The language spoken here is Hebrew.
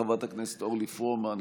חברת הכנסת אורלי פרומן,